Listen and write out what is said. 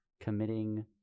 committing